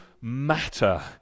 matter